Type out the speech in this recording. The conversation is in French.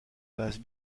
bases